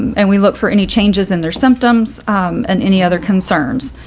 and we look for any changes in their symptoms and any other concerns.